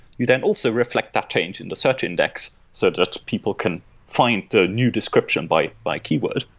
you then also reflect that change into search index so that people can find the new description by by keyword.